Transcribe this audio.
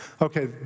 Okay